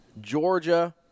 Georgia